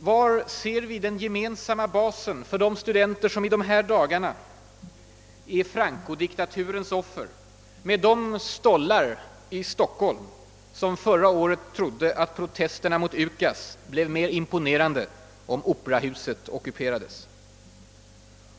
Var ser vi den gemensamma basen för de studenter, som i dessa dagar är Francodiktaturens offer, och de stollar i Stockholm som förra året trodde att protesierna mot UKAS blev mer imponerande om Operahuset ockuperades?